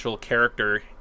character